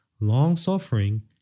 long-suffering